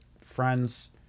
friends